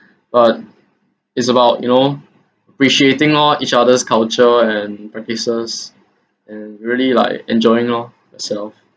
but is about you know appreciating lor each other's culture and practices and really like enjoying lor yourself